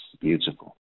Beautiful